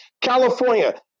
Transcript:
California